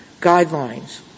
guidelines